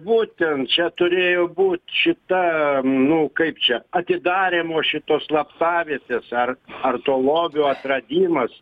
būtent čia turėjo būt šita nu kaip čia atidarymo šitos slaptavietės ar ar to lobio atradimas